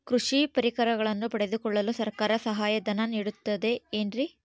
ಕೃಷಿ ಪರಿಕರಗಳನ್ನು ಪಡೆದುಕೊಳ್ಳಲು ಸರ್ಕಾರ ಸಹಾಯಧನ ನೇಡುತ್ತದೆ ಏನ್ರಿ?